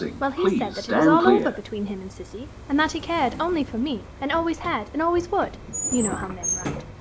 well, he said that it was all over between him and cissy, and that he cared only for me, and always had, and always would you know how men write.